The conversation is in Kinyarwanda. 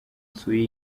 nsuye